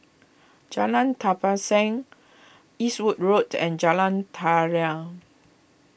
Jalan Tapisan Eastwood Road and Jalan Daliah